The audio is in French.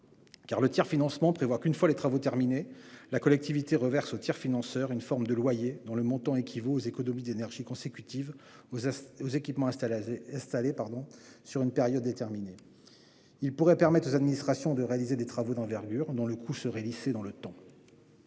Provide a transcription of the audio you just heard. Avec le tiers-financement, une fois les travaux terminés, la collectivité reverse au tiers-financeur une forme de loyer dont le montant équivaut aux économies d'énergie consécutives aux équipements installés, sur une période déterminée. Ce mode de financement pourrait permettre aux administrations de réaliser des travaux d'envergure, dont le coût serait lissé dans le temps.